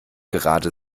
gerade